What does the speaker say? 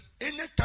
Anytime